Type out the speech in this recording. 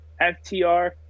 FTR